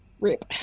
Rip